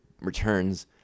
returns